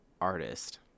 artist